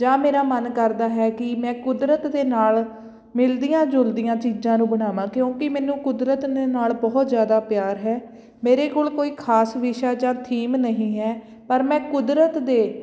ਜਾਂ ਮੇਰਾ ਮਨ ਕਰਦਾ ਹੈ ਕਿ ਮੈਂ ਕੁਦਰਤ ਦੇ ਨਾਲ ਮਿਲਦੀਆਂ ਜੁਲਦੀਆਂ ਚੀਜ਼ਾਂ ਨੂੰ ਬਣਾਵਾਂ ਕਿਉਂਕਿ ਮੈਨੂੰ ਕੁਦਰਤ ਨੇ ਨਾਲ ਬਹੁਤ ਜ਼ਿਆਦਾ ਪਿਆਰ ਹੈ ਮੇਰੇ ਕੋਲ ਕੋਈ ਖਾਸ ਵਿਸ਼ਾ ਜਾਂ ਥੀਮ ਨਹੀਂ ਹੈ ਪਰ ਮੈਂ ਕੁਦਰਤ ਦੇ